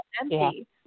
empty